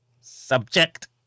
Subject